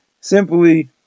Simply